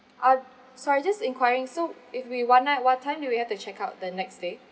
sorry just enquiring so if we one night what time do we have to check out the next day